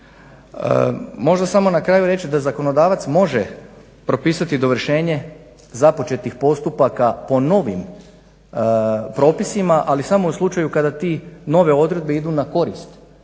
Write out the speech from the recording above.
Možda samo na kraju reći da zakonodavac može propisati dovršenje započetih postupaka po novim propisima, ali samo u slučaju kada te nove odredbe idu na korist